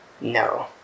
No